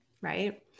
right